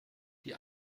die